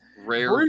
Rare